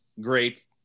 great